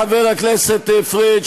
חבר הכנסת פריג',